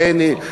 ריינה,